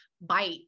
Bite